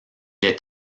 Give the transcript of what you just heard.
est